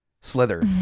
Slither